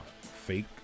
fake